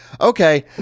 okay